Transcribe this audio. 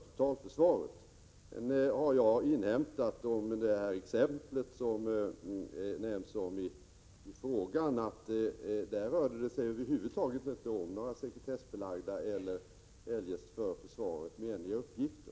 Beträffande det exempel som nämns i frågan har jag inhämtat att det över huvud taget inte rörde sig om några sekretessbelagda eller eljest för försvaret menliga uppgifter.